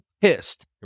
pissed